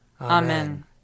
Amen